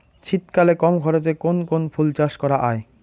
শীতকালে কম খরচে কোন কোন ফুল চাষ করা য়ায়?